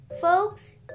folks